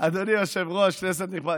אדוני היושב-ראש, כנסת נכבדה.